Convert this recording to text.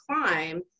climb